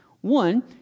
One